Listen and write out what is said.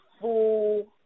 full